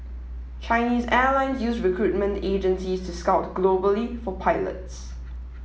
Chinese airline use recruitment agencies to scout globally for pilots